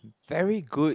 very good